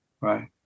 right